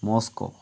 Moscow